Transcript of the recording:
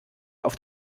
auf